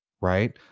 right